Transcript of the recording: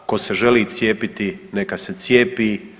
Tko se želi cijepiti neka se cijepi.